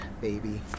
baby